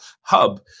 hub